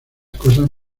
cosas